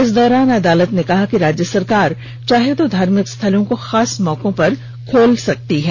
इस दौरान अदालत ने कहा कि राज्य सरकार चाहे तो धार्मिक स्थलों को खास मौकों पर खोल सकती है